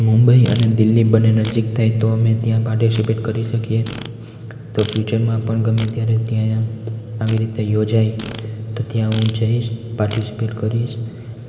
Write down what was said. મુંબઈ અને દિલ્લી બંને નજીક થાય તો અમે ત્યાં પાર્ટિસિપેટ કરી શકીએ તો ફ્યુચરમાં પણ ગમે ત્યારે ત્યાં આવી રીતે યોજાય તો ત્યાં હું જઈશ પાર્ટીસીપેટ કરીશ